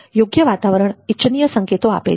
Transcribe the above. યોગ્ય વાતાવરણ ઇચ્છનીય સંકેતો આપે છે